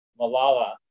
Malala